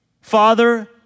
Father